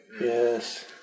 Yes